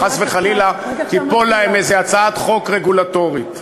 חס וחלילה תיפול להם איזה הצעת חוק רגולטורית,